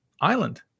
island